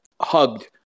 hugged